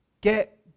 get